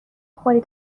خوری